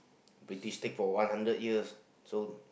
British take for one hundred years so